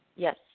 Yes